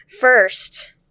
first